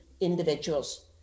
individuals